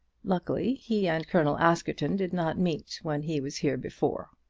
luckily he and colonel askerton did not meet when he was here before.